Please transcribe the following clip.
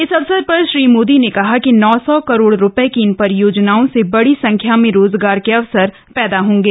इस अवसर पर श्री मोदी ने कहा कि नौ सौ करोड़ रूपए की इन परियोजनाओं से बड़ी संख्या में रोजगार के अवसर भी पैदा होंगे